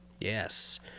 Yes